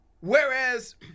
Whereas